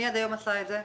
מי עד היום עשה את זה?